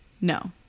no